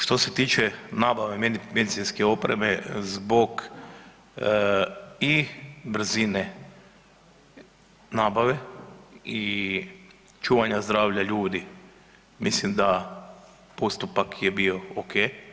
Što se tiče nabave medicinske opreme zbog i brzine nabave i čuvanja zdravlja ljudi mislim da postupak je bio ok.